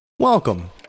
Welcome